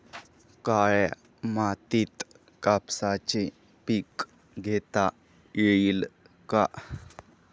काळ्या मातीत कापसाचे पीक घेता येईल का?